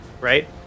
Right